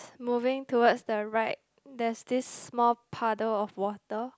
moving towards the right there's this small puddle of water